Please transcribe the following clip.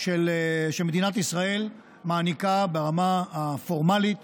שמדינת ישראל מעניקה ברמה הפורמלית